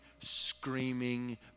screaming